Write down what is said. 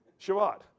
Shabbat